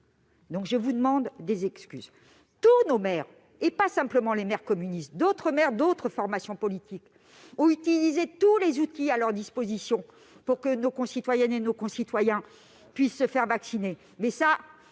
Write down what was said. Gay, je vous demande des excuses. Nos maires, et pas seulement les maires communistes- je pourrais citer d'autres formations politiques -, ont utilisé tous les outils à leur disposition pour que nos concitoyennes et nos concitoyens soient vaccinés.